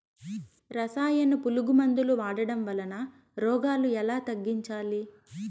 రసాయన పులుగు మందులు వాడడం వలన రోగాలు ఎలా తగ్గించాలి?